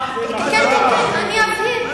אני אבהיר.